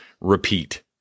Repeat